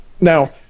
Now